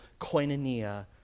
koinonia